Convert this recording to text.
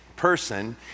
person